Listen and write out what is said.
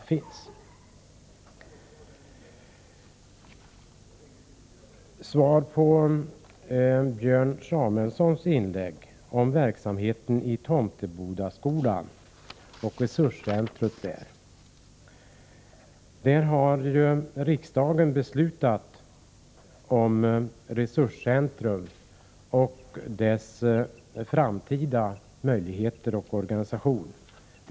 I sitt inlägg tog Björn Samuelson upp frågan om verksamheten i Tomtebodaskolan och det resurscenter som där finns. Nu har riksdagen fattat beslut om detta resurscenter, dess framtidsmöjligheter och organisation.